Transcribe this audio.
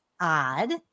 odd